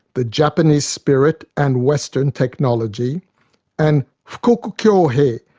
the japanese spirit and western technology and fukoku kyohei,